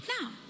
now